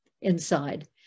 inside